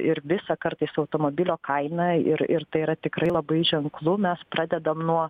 ir visą kartais automobilio kainą ir ir tai yra tikrai labai ženklu mes pradedam nuo